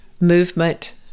movement